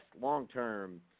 long-term